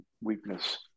weakness